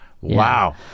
Wow